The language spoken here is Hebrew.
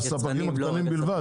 הספקים הקטנים בלבד?